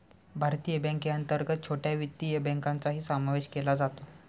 भारतीय बँकेअंतर्गत छोट्या वित्तीय बँकांचाही समावेश केला जातो